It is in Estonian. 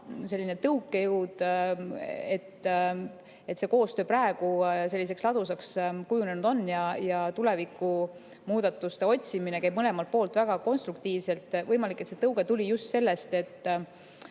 seesama tõukejõud, et see koostöö praegu nii ladusaks kujunenud on ja tulevikumuudatuste otsimine käib mõlemalt poolt väga konstruktiivselt, see tõuge tuli just sellest, et